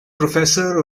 professor